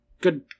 good